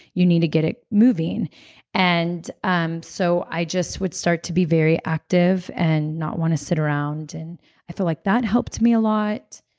you need to get it moving and um so, i just would start to be very active and not want to sit around. and i feel like that helped me a lot.